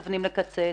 לקצץ.